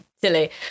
silly